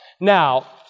Now